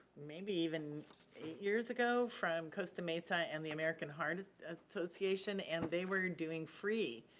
maybe even years ago, from costa mesa and the american heart association and they were doing free.